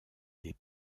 des